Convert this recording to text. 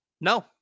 No